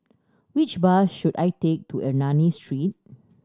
which bus should I take to Ernani Street